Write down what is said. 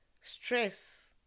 stress